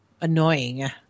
annoying